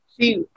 See